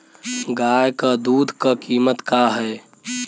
गाय क दूध क कीमत का हैं?